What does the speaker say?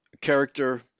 Character